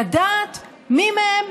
לדעת מי מהם,